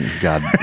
God